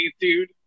dude